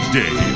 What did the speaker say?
day